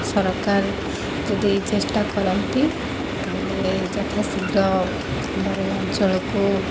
ସରକାର ଯଦି ଚେଷ୍ଟା କରନ୍ତି ତା'ହେଲେ ଯଥା ଶୀଘ୍ର ଆମର ଏ ଅଞ୍ଚଳକୁ